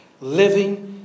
living